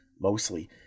mostly